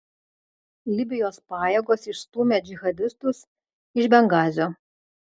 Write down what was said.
libijos pajėgos išstūmė džihadistus iš bengazio